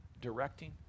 directing